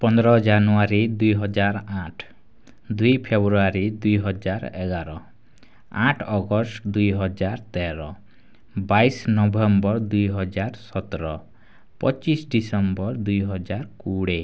ପନ୍ଦର ଜାନୁୟାରୀ ଦୁଇ ହଜାର ଆଠ ଦୁଇ ଫେବୃୟାରୀ ଦୁଇ ହଜାର ଏଗାର ଆଠ ଅଗଷ୍ଟ ଦୁଇ ହଜାର ତେର ବାଇଶି ନଭେମ୍ବର ଦୁଇ ହଜାର ସତର ପଚିଶି ଡିସେମ୍ବର ଦୁଇ ହଜାର କୋଡ଼ିଏ